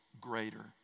greater